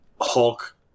Hulk